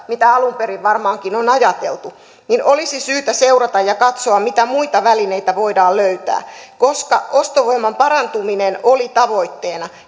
mitä alun perin varmaankin on ajateltu niin olisi syytä seurata ja katsoa mitä muita välineitä voidaan löytää koska ostovoiman parantuminen oli tavoitteena